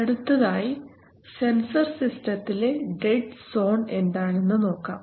അടുത്തതായി സെൻസർ സിസ്റ്റത്തിലെ dead zone എന്താണെന്ന് നോക്കാം